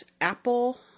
apple